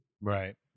right